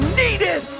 needed